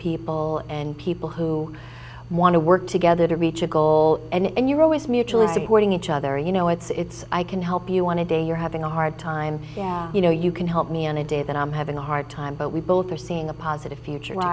people and people who want to work together to reach a goal and you're always mutually supporting each other you know it's i can help you on a day you're having a hard time you know you can help me on a day that i'm having a hard time but we both are seeing a positive future